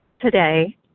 today